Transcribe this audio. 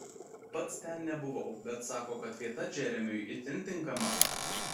pats ten nebuvau bet sako kad vieta džeremiui itin tinkama